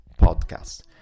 podcast